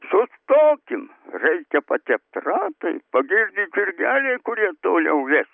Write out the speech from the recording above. sustokim reikia patept ratai pagirdyt žirgeliai kurie toliau ves